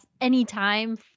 anytime